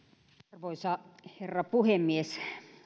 arvoisa herra puhemies